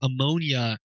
ammonia